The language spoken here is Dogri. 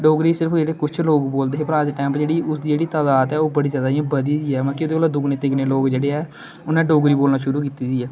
डोगरी सिर्फ जेहडे़् कुछ लोग बोलदे हे पर अज्ज दे टाइम उपर जेहड़ी उसदी जेहड़ी तदाद ऐ ओह् बडी ज्यादा इयां बधी दी ऐ मतलब कि एहदे कोला दुगनी तिगने लोग जेहडे़ एह् उंहे डोगरी बोलना शुरु कीती दी ऐ